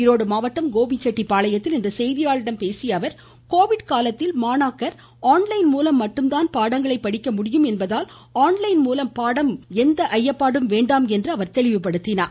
ஈரோடு மாவட்டம் கோபி செட்டிப்பாளையத்தில் இன்று செய்தியாளர்களிடம் பேசிய அவர் கோவிட் காலத்தில் மாணாக்கர் ஆன்லைன் மூலம் மட்டும்தான் பாடங்களை படிக்க முடியும் என்பதால் ஆன்லைன் மூலம் பாடம் எந்த ஐயப்பாடும் வேண்டாம் என்று தெளிவுபடுத்தினார்